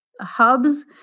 hubs